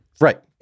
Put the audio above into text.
Right